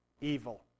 evil